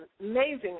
amazing